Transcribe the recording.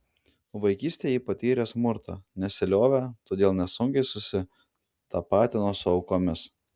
vaikystėje ji patyrė smurtą nesiliovė todėl nesunkiai susitapatino su aukomis